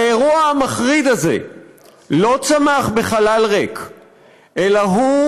האירוע המחריד הזה לא צמח בחלל ריק אלא הוא